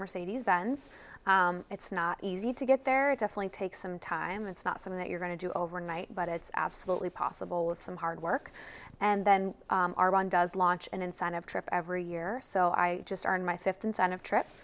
mercedes benz it's not easy to get there it definitely takes some time it's not something that you're going to do overnight but it's absolutely possible with some hard work and then does launch an incentive trip every year so i just are in my fifth incentive trip